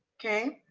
okay.